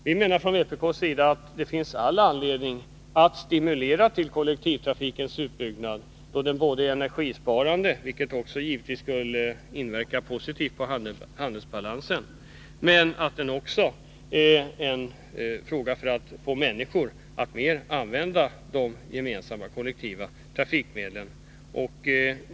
Vi från vpk:s sida menar att det finns all anledning att stimulera till kollektivtrafikens utbyggnad, då den både är energisparande — vilket givetvis skulle inverka positivt på handelsbalansen — och är ett sätt att få människor att mer använda de gemensamma, kollektiva trafikmedlen.